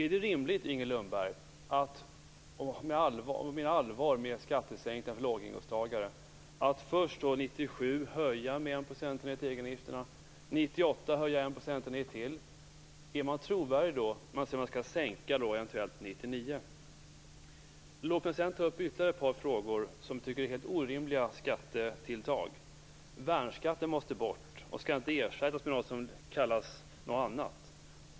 Är det rimligt, Inger Lundberg, om man menar allvar med skattesänkningar för låginkomsttagare, att först 1997 höja med en procentenhet till egenavgifterna och sedan 1998 höja med en procentenhet till? Är man trovärdig då, när man säger att man eventuellt skall sänka 1999? Låt mig ta upp ytterligare ett par frågor som är helt orimliga skattetilltag. Värnskatten måste bort och skall inte ersättas med någonting som kallas någonting annat.